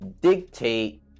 dictate